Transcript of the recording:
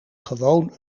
gewoon